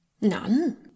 None